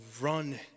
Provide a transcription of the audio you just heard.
run